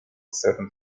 certain